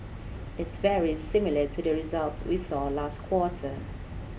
it's very similar to the results we saw last quarter